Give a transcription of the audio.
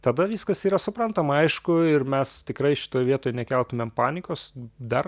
tada viskas yra suprantama aišku ir mes tikrai šitoj vietoj nekeltumėm panikos dar